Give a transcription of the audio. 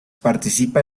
participa